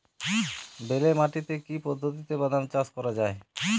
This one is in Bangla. বেলে মাটিতে কি পদ্ধতিতে বাদাম চাষ করা যায়?